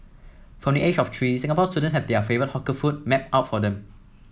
from the age of three Singapore students have their favourite hawker food mapped out for them